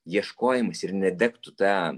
ieškojimais ir nedegtų ta